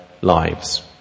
lives